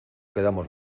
quedamos